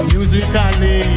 Musically